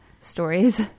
stories